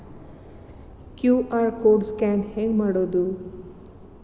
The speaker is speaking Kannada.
ಕ್ಯೂ.ಆರ್ ಕೋಡ್ ಸ್ಕ್ಯಾನ್ ಹೆಂಗ್ ಮಾಡೋದು?